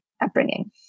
upbringing